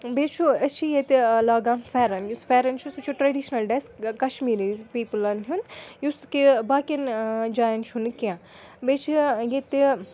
بیٚیہِ چھُ أسۍ چھِ ییٚتہِ لاگان پھٮ۪رَن یُس پھٮ۪رَن چھُ سُہ چھُ ٹریڈِشنَل ڈرٛٮ۪س کَشمیٖری پیٖپٕلَن ہُنٛد یُس کہِ باقیَن جایَن چھُنہٕ کینٛہہ بیٚیہِ چھِ ییٚتہِ